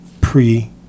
pre